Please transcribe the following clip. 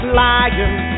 lying